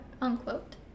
unquote